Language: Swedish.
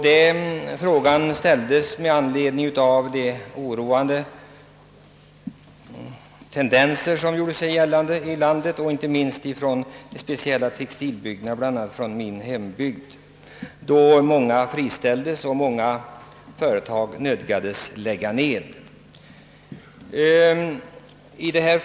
Den frågan ställdes med anledning av de oroande tendenser som gjort sig gällande i landet, inte minst i textilbygderna, bl.a. i min hembygd. Många människor friställes och åtskilliga företag lägger ned driften.